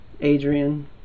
Adrian